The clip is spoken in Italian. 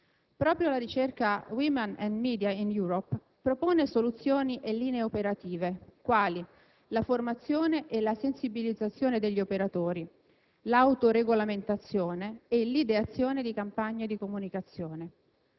Proprio la ricerca «*Women and media in Europe*» propone soluzioni e linee operative, quali la formazione e la sensibilizzazione degli operatori, l'autoregolamentazione e l'ideazione di campagne di comunicazione.